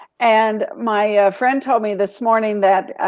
and my friend told me this morning that,